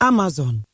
Amazon